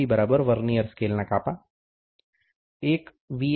D vernier સ્કેલના કાપા 1 વી